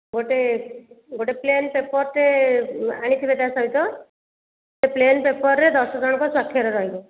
ଗୋଟେ ଗୋଟେ ପ୍ଲେନ୍ ପେପର୍ଟେ ଅଣିଥିବେ ତା ସହିତ ସେ ପ୍ଲେନ୍ ପେପର୍ରେ ଦଶ ଜଣଙ୍କ ସ୍ଵାକ୍ଷର ରହିବ